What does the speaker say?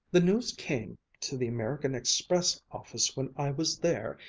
the news came to the american express office when i was there.